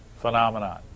phenomenon